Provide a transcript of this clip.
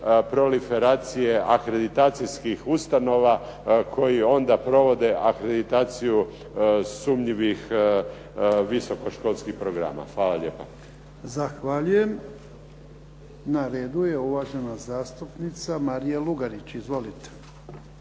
proliferacije akreditacijskih ustanova koji onda provode akreditaciju sumnjivih visokoškolskih programa. Hvala lijepa. **Jarnjak, Ivan (HDZ)** Zahvaljujem. Na redu je uvažena zastupnica Marija Lugarić. Izvolite.